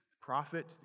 prophet